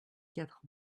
quatre